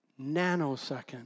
nanosecond